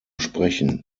sprechen